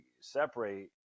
separate